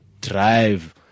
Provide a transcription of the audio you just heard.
drive